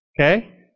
Okay